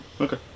Okay